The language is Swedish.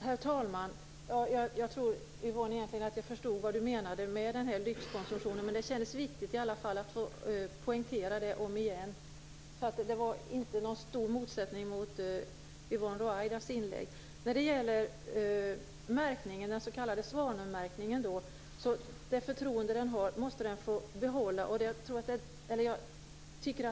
Herr talman! Jag tror att jag förstår vad Yvonne Ruwaida menar när hon talar om lyxkonsumtion. Det kändes ändå viktigt att få poängtera det ännu en gång. Det finns alltså inte någon större motsättning vad gäller Yvonne Ruwaidas inlägg. Det förtroende som svanenmärkningen har måste den få behålla.